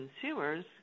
consumers